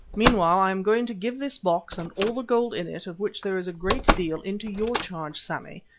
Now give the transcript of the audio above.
meanwhile, i am going to give this box and all the gold in it, of which there is a great deal, into your charge, sammy,